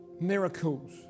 miracles